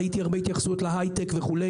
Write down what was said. ראיתי הרבה התייחסות להייטק וכו'.